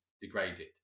degraded